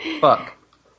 Fuck